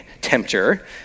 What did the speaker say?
tempter